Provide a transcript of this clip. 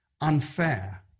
unfair